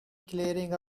clearing